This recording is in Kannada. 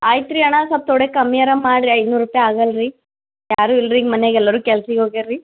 ಆಯ್ತು ರೀ ಅಣ್ಣ ಸ್ವಲ್ಪ್ ತೋಡೆ ಕಮ್ಮಿಯಾರ ಮಾಡ್ರಿ ಐನೂರು ರುಪಾಯಿ ಆಗೋಲ್ ರೀ ಯಾರು ಇಲ್ರಿ ಮನೆಯಾಗ್ ಎಲ್ಲರು ಕೆಲ್ಸಕ್ ಹೋಗಿದಾರ್ ರೀ